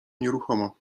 nieruchomo